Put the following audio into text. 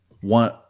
one